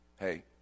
Hey